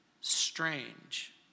strange